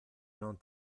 non